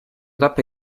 tappe